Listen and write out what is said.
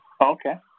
Okay